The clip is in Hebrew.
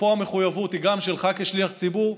ופה המחויבות היא גם שלך כשליח ציבור,